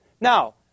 Now